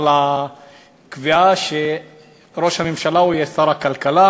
על הקביעה שראש הממשלה יהיה שר הכלכלה,